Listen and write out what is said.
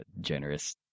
generous